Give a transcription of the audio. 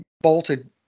bolted